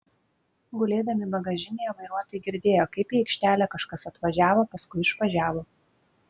gulėdami bagažinėje vairuotojai girdėjo kaip į aikštelę kažkas atvažiavo paskui išvažiavo